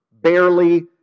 barely